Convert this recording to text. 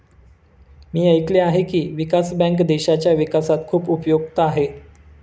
मी ऐकले आहे की, विकास बँक देशाच्या विकासात खूप उपयुक्त आहे